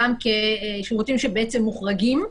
גם כשירותים שבעצם מוחרגים.